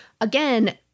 again